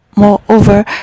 Moreover